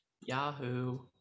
Yahoo